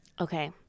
Okay